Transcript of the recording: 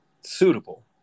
suitable